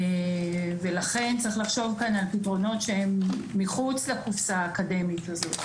לכן צריך לחשוב על פתרונות שהם מחוץ לקופסה האקדמית הזו.